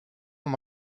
amb